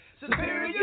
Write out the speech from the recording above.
Superior